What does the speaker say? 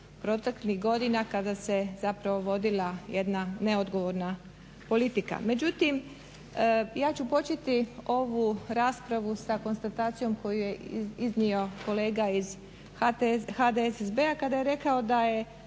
proteklih godina kada se zapravo vodila jedna neodgovorna politika. Međutim, ja ću početi ovu raspravu sa konstatacijom koju je iznio kolega iz HDSSB-a kada je rekao da je